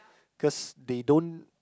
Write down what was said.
cause they don't